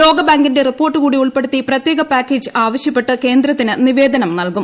ലോകബാങ്കിന്റെ report കൂടി ഉൾപ്പെടുത്തി പ്രത്യേക പാക്കേജ് ആവശ്യപ്പെട്ട് കേന്ദ്രത്തിന് നിവേദനം നൽകും